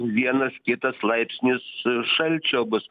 vienas kitas laipsnis šalčio bus